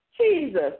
Jesus